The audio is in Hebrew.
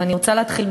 ואני רוצה להתחיל,